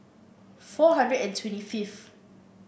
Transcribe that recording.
four hundred and twenty fifth